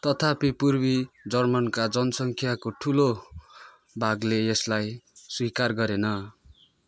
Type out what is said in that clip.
तथापि पूर्वी जर्मनका जनसङ्ख्याको ठुलो भागले यसलाई स्वीकार गरेन